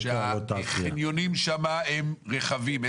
לא,